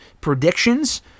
Predictions